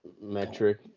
metric